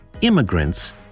Immigrants